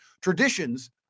traditions